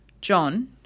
John